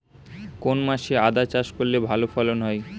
কোন মাসে আদা চাষ করলে ভালো ফলন হয়?